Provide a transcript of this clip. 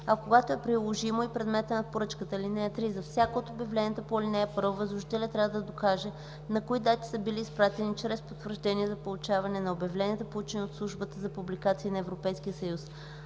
а когато е приложимо – и предмета на поръчката. (3) За всяко от обявленията по ал. 1 възложителят трябва да докаже на кои дати са били изпратени чрез потвърждение за получаване на обявленията, получено от Службата за публикации на Европейския съюз.